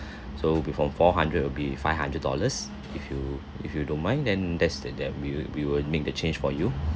so before four hundred will be five hundred dollars if you if you don't mind then that's that we will we will make the change for you